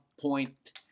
point